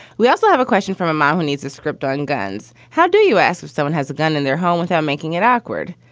we also have a question from a mom who needs a script on guns. how do you ask if someone has a gun in their home without making it ackward?